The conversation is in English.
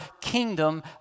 kingdom